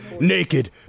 naked